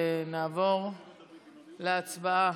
נעבור להצבעה.